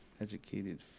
Educated